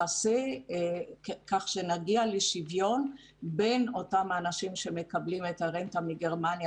כך שנגיע לשוויון בין אותם אנשים שמקבלים את הרנטה מגרמניה,